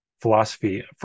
philosophy